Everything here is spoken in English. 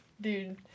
dude